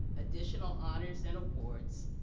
additional honors and awards,